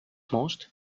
most